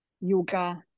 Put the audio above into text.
yoga